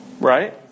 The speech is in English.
Right